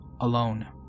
alone